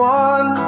one